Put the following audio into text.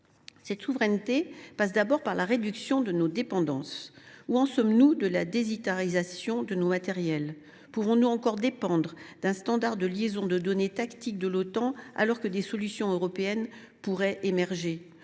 Cette souveraineté passe d’abord par la réduction de nos dépendances. Où en sommes nous de la désitarisation de nos matériels ? Pourrons nous encore dépendre d’un standard de liaison de données tactiques de l’Otan, alors que des solutions européennes pourraient émerger ?